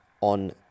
on